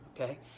okay